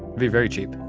be very cheap